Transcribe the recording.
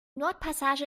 nordpassage